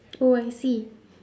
oh I see